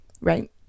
Right